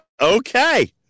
okay